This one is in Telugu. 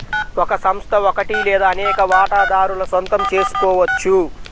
ఒక సంస్థ ఒకటి లేదా అనేక వాటాదారుల సొంతం చేసుకోవచ్చు